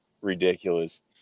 ridiculous